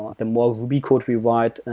the more ruby code we write,